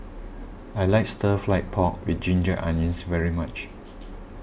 I like Stir Fry Pork with Ginger Onions very much